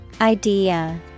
Idea